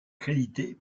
créditée